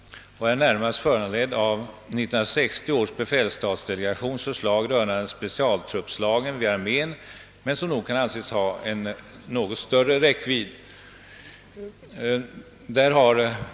Den är närmast föranledd av 1960 års befälsstatsdelegations förslag rörande specialtruppslagen vid armén, men kan nog anses ha en något större räckvidd.